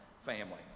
family